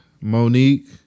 Monique